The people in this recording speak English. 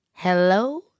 Hello